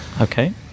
okay